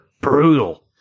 brutal